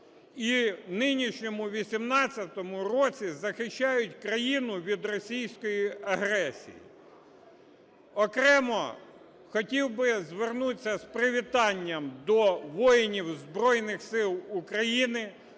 і нинішньому 18-му році захищають країну від російської агресії. Окремо хотів би звернутися з привітанням до воїнів Збройних Сил України,